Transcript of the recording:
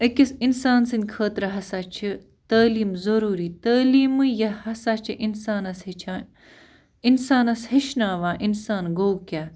أکِس اِنسان سٕنٛدِ خٲطرٕ ہسا چھِ تعلیٖم ضروٗری تعلیٖمٕے یہِ ہسا چھِ اِنسانَس ہٮ۪چھان اِنسانَس ہٮ۪چھناوان اِنسان گوٚو کیٛاہ